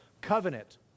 covenant